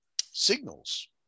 signals